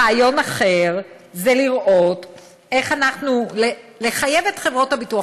רעיון אחר זה לחייב את חברות הביטוח.